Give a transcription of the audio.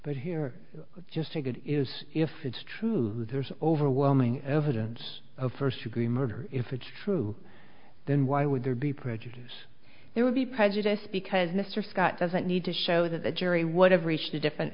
but here is just a good is if it's true there's overwhelming evidence of first degree murder if it's true then why would there be prejudice there would be prejudice because mr scott doesn't need to show that the jury would have reached a different